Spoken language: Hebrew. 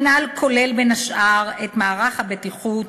המינהל כולל, בין השאר, את מערך הבטיחות,